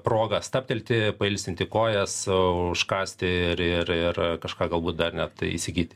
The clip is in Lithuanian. progą stabtelti pailsinti kojas užkąsti ir ir ir kažką galbūt dar net įsigyti